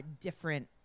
different